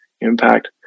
impact